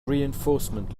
reinforcement